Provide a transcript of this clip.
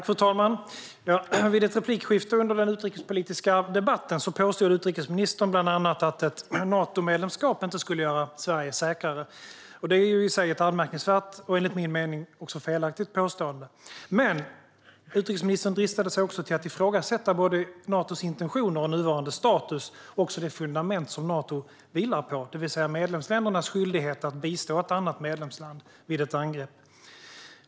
Fru talman! Vid ett replikskifte under den utrikespolitiska debatten påstod utrikesministern bland annat att ett Natomedlemskap inte skulle göra Sverige säkrare. Det är i sig ett anmärkningsvärt och, enligt min mening, felaktigt påstående. Utrikesministern dristade sig också till att ifrågasätta både Natos intentioner och nuvarande status och även det fundament som Nato vilar på, nämligen medlemsländernas skyldighet att bistå ett annat medlemsland vid ett angrepp.